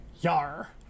yar